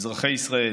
אזרחי ישראל,